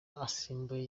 asimbuye